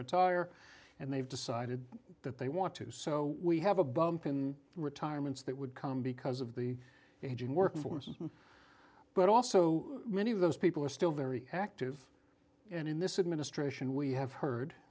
retire and they've decided that they want to so we have a bump in retirements that would come because of the aging workforce but also many of those people are still very active and in this administration we have heard